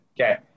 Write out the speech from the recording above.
Okay